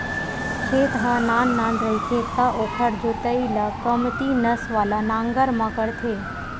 खेत ह नान नान रहिथे त ओखर जोतई ल कमती नस वाला नांगर म करथे